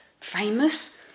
famous